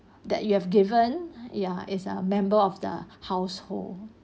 that you have given ya is a member of the household